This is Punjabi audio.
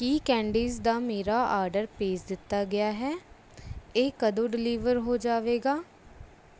ਕੀ ਕੈਂਡੀਜ਼ ਦਾ ਮੇਰਾ ਆਰਡਰ ਭੇਜ ਦਿੱਤਾ ਗਿਆ ਹੈ ਇਹ ਕਦੋਂ ਡਿਲੀਵਰ ਹੋ ਜਾਵੇਗਾ